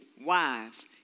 wives